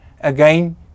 again